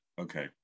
okay